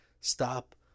stop